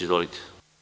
Izvolite.